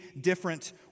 different